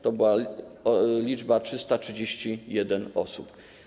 To była liczba 331 osób.